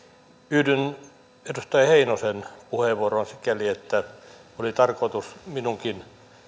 yhdyn edustaja heinosen puheenvuoroon sikäli että oli tarkoitus minunkin